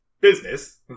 business